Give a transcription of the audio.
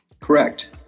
Correct